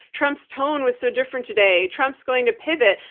trump's tone was so different today. trump's going to pivot.